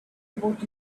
about